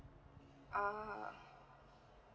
ah